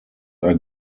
are